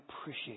appreciate